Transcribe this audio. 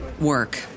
work